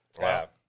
wow